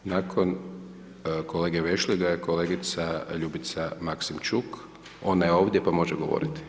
Nakon kolega Vešligaja, kolegica Ljubica Maksimčuk, ona je ovdje pa može govoriti.